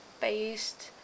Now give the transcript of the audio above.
based